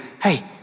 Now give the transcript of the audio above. hey